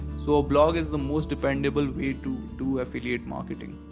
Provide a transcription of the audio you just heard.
so a blog is the most dependable way to do affiliate marketing.